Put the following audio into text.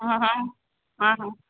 हा हा हा हा